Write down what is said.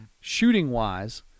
Shooting-wise